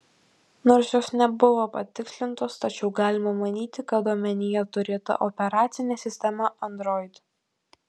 nors jos nebuvo patikslintos tačiau galima manyti kad omenyje turėta operacinė sistema android